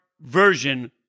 version